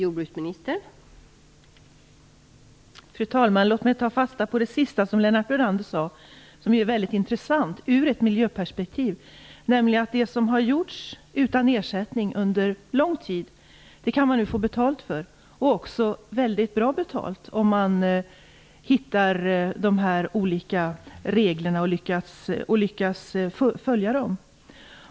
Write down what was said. Fru talman! Låt mig ta fasta på det som Lennart Brunander avslutade med och som är väldigt intressant ur ett miljöperspektiv. Det som har gjorts utan ersättning under lång tid kan man nu få betalt för, väldigt bra betalt om man hittar de olika reglerna och lyckas följa dem.